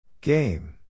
Game